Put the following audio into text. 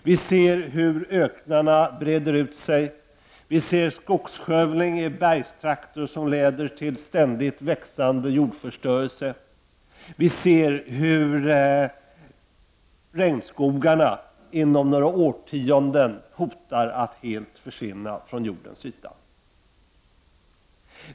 Vi ser hur öknarna breder ut sig, vi ser skogsskövlingen i bergstrakter som leder till ständigt växande jordförstörelse, och vi ser hur regnskogarna inom några årtionden hotar att helt försvinna från jordens yta.